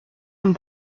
and